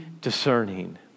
discerning